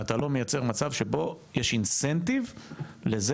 אתה לא מייצר מצב שבו יש אינסנטיב לזה